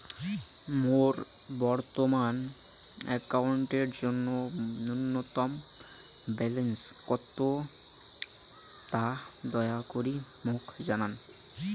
মোর বর্তমান অ্যাকাউন্টের জন্য ন্যূনতম ব্যালেন্স কত তা দয়া করি মোক জানান